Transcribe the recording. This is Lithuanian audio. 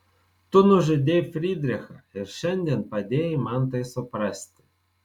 tu nužudei frydrichą ir šiandien padėjai man tai suprasti